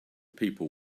people